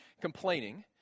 complaining